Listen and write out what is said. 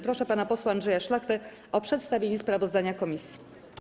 Proszę pana posła Andrzeja Szlachtę o przedstawienie sprawozdania komisji.